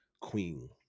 Queen